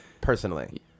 personally